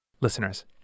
Listeners